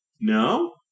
No